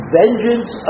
vengeance